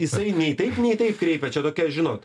jisai nei taip nei taip kreipia čia tokia žinot